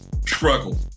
struggle